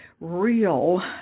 real